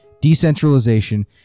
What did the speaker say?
decentralization